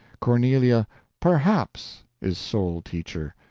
cornelia perhaps is sole teacher.